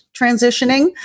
transitioning